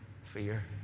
fear